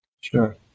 Sure